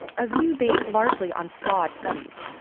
a view based largely on flawed studies.